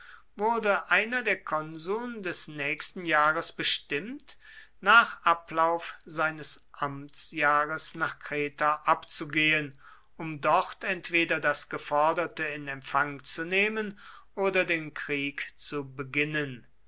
wurde einer der konsuln des nächsten jahres bestimmt nach ablauf seines amtsjahres nach kreta abzugehen um dort entweder das geforderte in empfang zu nehmen oder den krieg zu beginnen